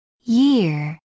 Year